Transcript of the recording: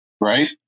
Right